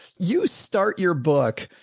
you start your book.